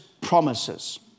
promises